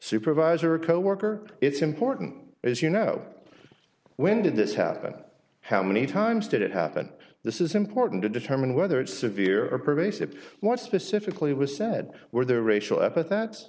supervisor coworker it's important as you know when did this happen how many times did it happen this is important to determine whether it's severe or pervasive what specifically was said were there racial epithets